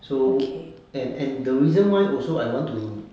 so and and the reason why also I want to